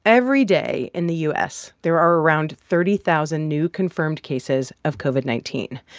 every day in the u s, there are around thirty thousand new confirmed cases of covid nineteen.